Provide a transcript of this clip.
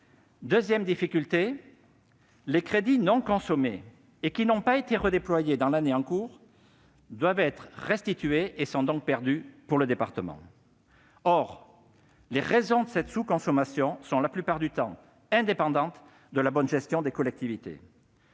Deuxième difficulté, les crédits non consommés et qui n'ont pas été redéployés dans l'année en cours doivent être restitués et sont donc perdus pour le département. Or les raisons de cette sous-consommation sont la plupart du temps indépendantes de la bonne gestion des collectivités.